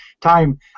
time